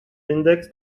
index